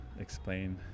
explain